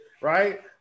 right